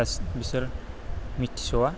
गासैबो बिसोर मिथिस'वा